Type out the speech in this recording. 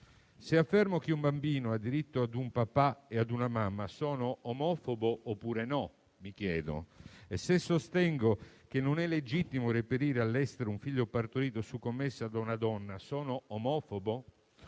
Se affermo che un bambino ha diritto ad un papà e ad una mamma, mi chiedo se sono omofobo oppure no. Se sostengo che non è legittimo reperire all'estero un figlio partorito su commessa da una donna, sono omofobo?